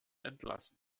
entlassen